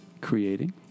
Creating